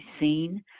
seen